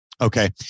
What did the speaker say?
Okay